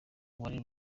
umwali